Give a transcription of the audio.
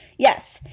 Yes